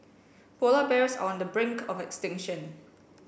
polar bears are on the brink of extinction